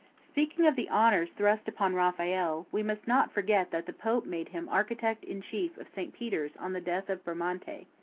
speaking of the honors thrust upon raphael, we must not forget that the pope made him architect-in-chief of st. peter's on the death of bramante.